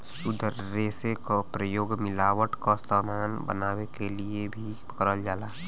शुद्ध रेसे क प्रयोग मिलावट क समान बनावे क लिए भी करल जाला